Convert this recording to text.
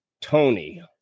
Tony